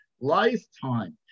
lifetime